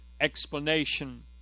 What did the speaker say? explanation